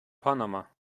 panama